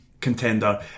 contender